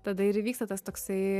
tada ir įvyksta tas toksai